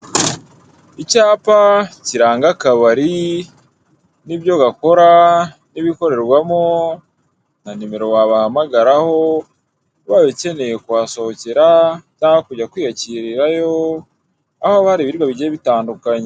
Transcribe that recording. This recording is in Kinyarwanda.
Icyapa kiranga akabari n'ibyo gakora n'ibikorerwamo na nimero wabahamagaraho, ubaye ukeneye kuhasohokera cyangwa kujya kwiyakirirayo, aho hari ibiribwa bigiye bitandukanye.